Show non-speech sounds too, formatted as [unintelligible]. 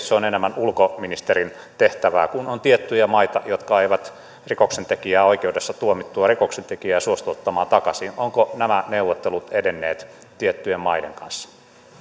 [unintelligible] se on enemmän ulkoministerin tehtävää että kun on tiettyjä maita jotka eivät rikoksentekijää oikeudessa tuomittua rikoksentekijää suostu ottamaan takaisin ovatko nämä neuvottelut edenneet tiettyjen maiden kanssa